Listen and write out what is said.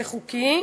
זה חוקי,